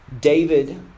David